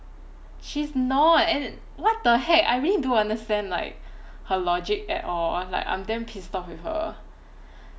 she's not and what the heck I really don't understand like her logic at all like I'm damn pissed off with her